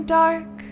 dark